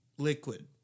Liquid